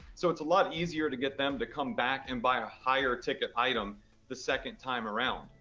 so it's a lot easier to get them to come back and buy a higher-ticket item the second time around.